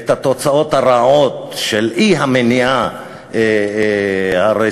את התוצאות הרעות של האי-מניעה הרצויה,